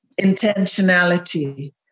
intentionality